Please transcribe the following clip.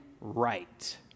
right